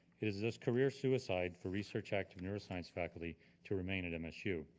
is this career suicide for research active neuroscience faculty to remain at msu?